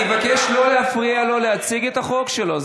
אני מבקש לא להפריע לו להציג את החוק שלו,